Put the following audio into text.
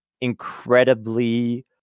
incredibly